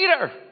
leader